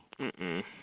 Mm-mm